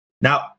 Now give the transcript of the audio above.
Now